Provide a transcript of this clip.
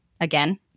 again